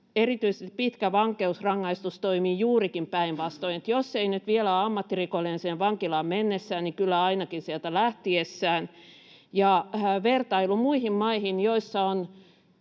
erityispitkä vankeusrangaistus toimii juurikin päinvastoin — jos ei nyt vielä ole ammattirikollinen sinne vankilaan mennessään, niin kyllä ainakin sieltä lähtiessään. Ja vertailu muihin maihin, joissa on